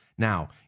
Now